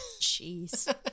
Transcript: Jeez